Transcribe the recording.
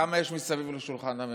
כמה יש מסביב לשולחן הממשלה?